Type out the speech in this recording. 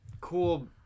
cool